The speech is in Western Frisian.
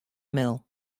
mail